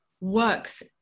works